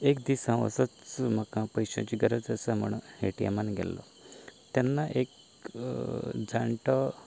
एक दीस हांव असोच म्हाका पयशांची गरज आसा म्हणून ए टी एमांत गेल्लो तेन्ना एक जाणटो